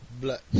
blood